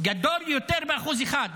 גדול יותר ב-1%,